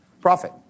profit